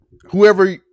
whoever